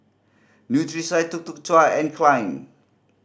Nutrisoy Tuk Tuk Cha and Klein